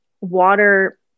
water